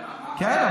כן,